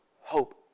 hope